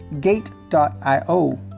Gate.io